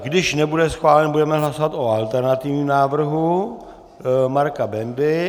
Když nebude schválen, budeme hlasovat o alternativním návrhu Marka Bendy.